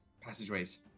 passageways